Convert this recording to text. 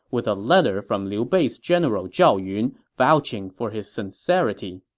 with a letter from liu bei's general zhao yun vouching for his sincerity.